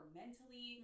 mentally